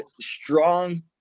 strong